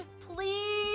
please